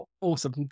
Awesome